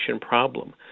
problem